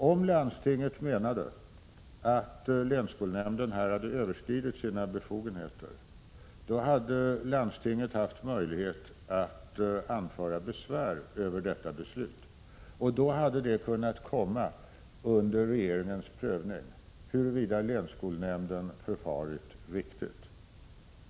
Om landstinget menade att länsskolnämnden hade överskridit sina befogenheter hade landstinget haft möjlighet att anföra besvär över beslutet, och då hade det kunnat komma under regeringens prövning huruvida länsskolnämnden förfarit riktigt.